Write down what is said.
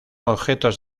objetos